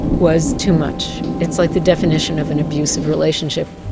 was too much. it's like the definition of an abusive relationship.